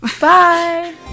Bye